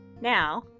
now